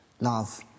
love